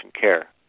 care